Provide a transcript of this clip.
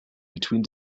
between